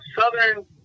Southern